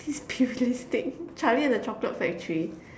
please be realistic Charlie and the Chocolate Factory